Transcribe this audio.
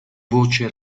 voce